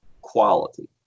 quality